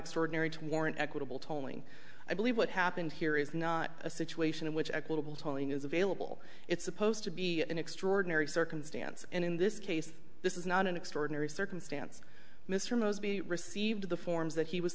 extraordinary to warrant equitable tolling i believe what happened here is not a situation in which equitable tolling is available it's supposed to be an extraordinary circumstance and in this case this is not an extraordinary circumstance mr moseby received the forms that he was